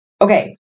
okay